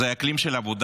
זה היה אקלים של עבודה,